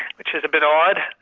which is a bit odd,